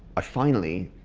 i finally.